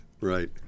right